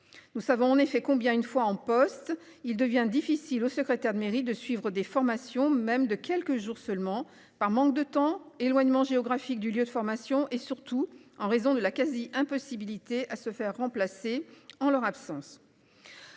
Nous savons en effet combien une fois en poste, il devient difficile au secrétaire de mairie de suivre des formations, même de quelques jours seulement par manque de temps éloignement géographique du lieu de formation et surtout en raison de la quasi-impossibilité à se faire remplacer en leur absence.